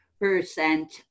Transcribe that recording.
Percent